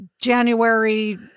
January